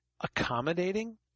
accommodating